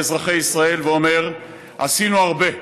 לאזרחי ישראל ואומר: עשינו הרבה,